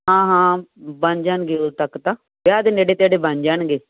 ਹਾਂ ਹਾਂ ਬਣ ਜਾਣਗੇ ਉਦੋਂ ਤੱਕ ਤਾਂ ਵਿਆਹ ਦੇ ਨੇੜੇ ਤੇੜੇ ਬਣ ਜਾਣਗੇ